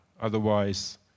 Otherwise